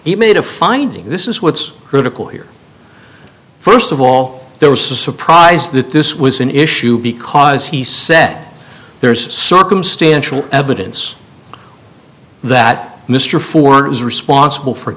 even made a finding this is what's critical here first of all there was a surprise that this was an issue because he said there's circumstantial evidence that mr ford is responsible for